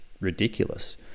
ridiculous